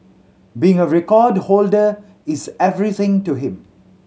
being a record holder is everything to him